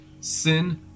Sin